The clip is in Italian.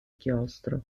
chiostro